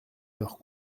leur